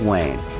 Wayne